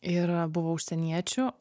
ir buvo užsieniečių